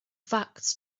facts